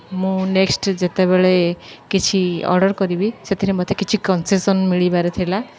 ମୁଁ ନେକ୍ସ୍ଟ ଯେତେବେଳେ କିଛି ଅର୍ଡ଼ର୍ କରିବି ସେଥିରେ ମୋତେ କିଛି କନ୍ସେସନ୍ ମିଳିବାର ଥିଲା